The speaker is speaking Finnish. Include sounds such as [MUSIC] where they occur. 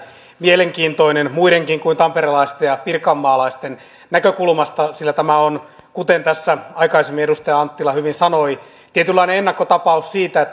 mielenkiintoinen muidenkin kuin tamperelaisten ja pirkanmaalaisten näkökulmasta sillä tämä on kuten tässä aikaisemmin edustaja anttila hyvin sanoi tietynlainen ennakkotapaus siitä [UNINTELLIGIBLE]